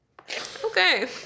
okay